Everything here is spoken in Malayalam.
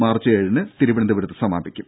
മാർച്ച് ഏഴിന് തിരുവനന്തപുരത്ത് സമാപിക്കും